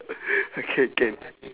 okay can